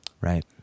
Right